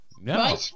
No